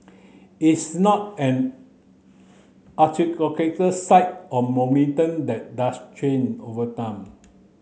it's not an site or monument that doesn't change over time